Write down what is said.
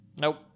Nope